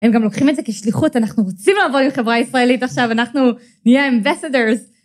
הם גם לוקחים את זה כשליחות, אנחנו רוצים לעבור עם חברה ישראלית עכשיו, אנחנו נהיה ambassadors.